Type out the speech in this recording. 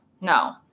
no